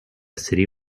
city